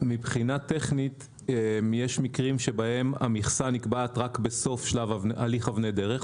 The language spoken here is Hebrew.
מבחינה טכנית יש מקרים שבהם המכסה נקבעת רק בסוף שלב הליך אבני דרך,